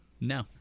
no